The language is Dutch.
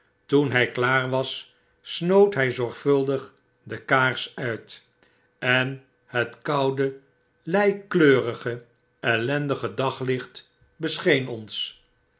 toen hij klaar was snoot hij zorgvuldig de kaars uit en het koude leikieurige ellendige daglicht bescheen ons